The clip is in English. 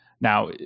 Now